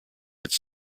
its